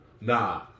Nah